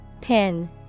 Pin